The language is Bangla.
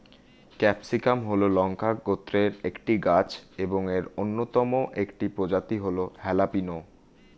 ক্যাপসিকাম হল লঙ্কা গোত্রের একটি গাছ এবং এর অন্যতম একটি প্রজাতি হল হ্যালাপিনো